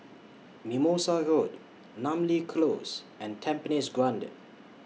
Mimosa Road Namly Close and Tampines Grande